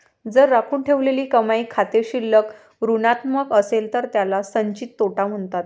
जर राखून ठेवलेली कमाई खाते शिल्लक ऋणात्मक असेल तर त्याला संचित तोटा म्हणतात